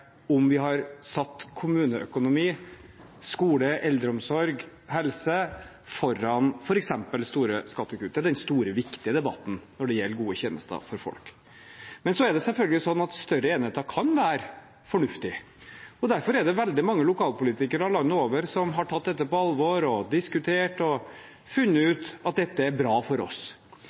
om vi har satt kommuneøkonomi, skole, eldreomsorg eller helse foran f.eks. store skattekutt. Det er den store, viktige debatten når det gjelder gode tjenester for folk. Men det er selvfølgelig sånn at større enheter kan være fornuftig. Derfor er det veldig mange lokalpolitikere landet over som har tatt dette på alvor og diskutert og funnet ut at dette er bra for